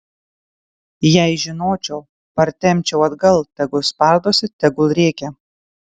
jei žinočiau partempčiau atgal tegul spardosi tegul rėkia